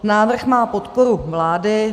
Návrh má podporu vlády.